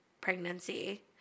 pregnancy